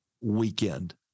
weekend